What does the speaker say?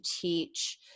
teach